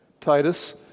Titus